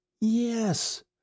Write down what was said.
Yes